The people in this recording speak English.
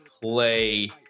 play